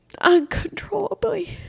uncontrollably